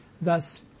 Thus